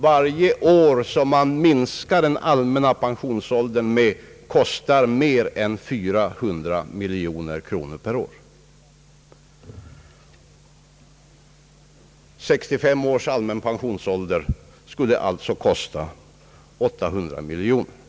Varje år, som man minskar den allmänna pensionsåldern med, kostar över 400 miljoner kronor per år, och 65 års allmän pensionsålder skulle alltså kosta 800 miljoner kronor.